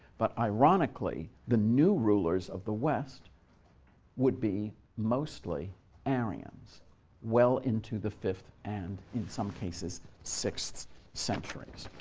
but ironically, the new rulers of the west would be mostly arians well into the fifth and, in some cases, sixth centuries.